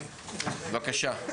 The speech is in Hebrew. בבקשה.